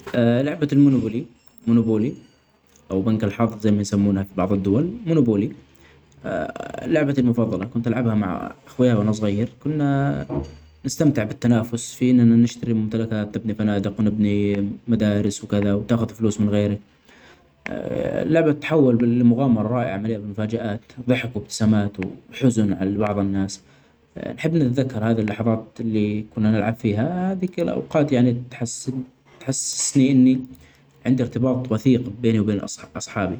ا لعبة المنوبولي - المنوبولي أو بنك الحظ زي ما يسمونها في بعض الدول منوبولي لعبتي المفظلة كنت ألعبها مع أخوي وأنا صغير كنا نستمتع بالتنافس ،فينا نشتري ممتلكات ونبني فنادق ونبني مدارس وكذا وتاخد فلوس من الغير لعبه تحول مغامرة رائعة من المفاجآت ضحك وإبتسامات وحزن علي بعض الناس. نحب تنذكر هذه اللحظات اللي كنا نلعب فيها كديك الأوقات يعني تحس-تحسسني إني عندي إرتباط وثيق بيني وبين أصحابي.